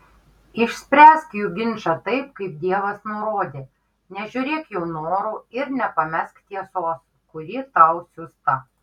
išspręsk jų ginčą taip kaip dievas nurodė nežiūrėk jų norų ir nepamesk tiesos kuri tau siųsta